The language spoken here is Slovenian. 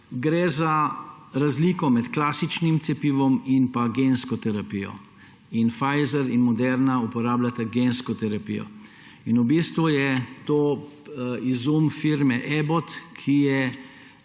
Gre za razliko med klasičnim cepivom in pa gensko terapijo. Pfizer in Moderna uporabljata gensko terapijo. V bistvu je to izum firme Abbott, ki je